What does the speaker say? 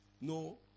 No